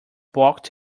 balked